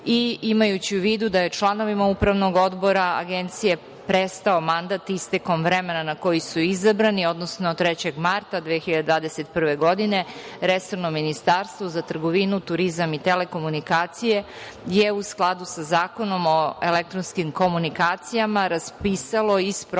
godina. Imajući u vidu da je članovima Upravnog odbora Agencije prestao mandat istekom vremena na koji su izabrani, odnosno 3. marta 2021. godine, resorno Ministarstvo za trgovinu, turizam i telekomunikacije je, u skladu sa Zakonom o elektronskim komunikacijama, raspisalo i sprovelo